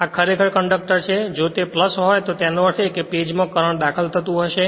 આ ખરેખર કંડક્ટર છે જો તે હોય તો એનો અર્થ એ કે પેજ માં કરંટ દાખલ થતું હશે